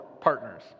partners